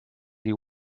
you